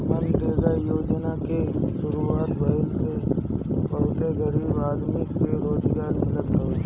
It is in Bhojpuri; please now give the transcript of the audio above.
मनरेगा योजना के शुरुआत भईला से बहुते गरीब आदमी के रोजगार मिलल हवे